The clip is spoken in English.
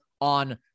on